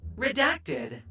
Redacted